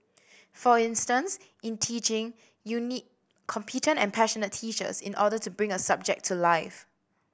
for instance in teaching you need competent and passionate teachers in order to bring a subject to life